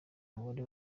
umubare